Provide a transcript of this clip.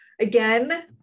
again